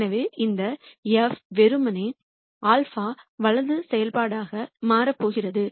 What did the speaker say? எனவே இந்த f வெறுமனே α வலது செயல்பாடாக மாறப்போகிறது